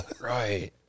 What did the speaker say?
right